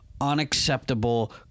unacceptable